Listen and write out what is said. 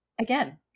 Again